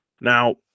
Now